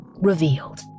Revealed